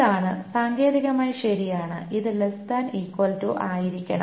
ഇതാണ് സാങ്കേതികമായി ശരിയാണ് ഇത് ലെസ്സ് താൻ ഈക്വൽ ടു അങ്ങനെയായിരിക്കണം